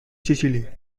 sicily